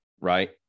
right